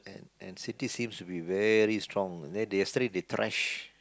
and City seems to be very strong then yesterday they trash